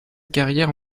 carrière